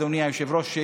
אדוני היושב-ראש,